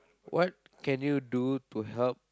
what can you do to help